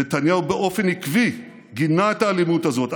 נתניהו באופן עקבי גינה האלימות הזאת,